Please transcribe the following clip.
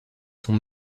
sont